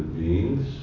beings